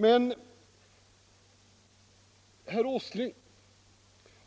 Men herr Åsling